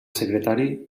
secretari